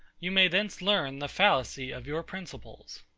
you may thence learn the fallacy of your principles.